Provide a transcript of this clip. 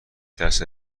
درصد